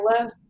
love